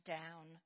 down